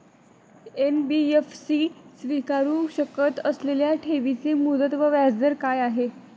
NBFC स्वीकारु शकत असलेल्या ठेवीची मुदत व व्याजदर काय आहे?